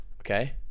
Okay